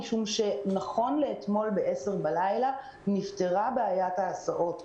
משום שנכון לאתמול ב-22:00 בלילה נפתרה בעיית ההסעות.